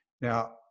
Now